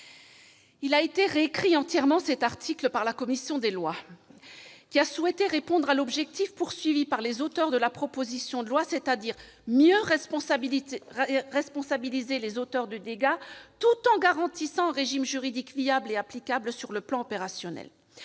a été entièrement réécrit par la commission des lois, qui a souhaité répondre à l'objectif visé par les auteurs de la proposition de loi- mieux responsabiliser les auteurs de dégâts -, tout en garantissant un régime juridique viable et applicable sur le plan opérationnel.